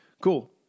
Cool